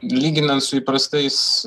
lyginant su įprastais